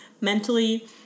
mentally